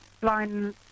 blind